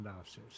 officers